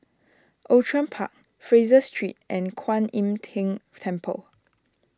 Outram Park Fraser Street and Kuan Im Tng Temple